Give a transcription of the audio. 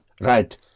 Right